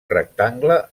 rectangle